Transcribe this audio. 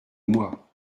moi